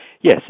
yes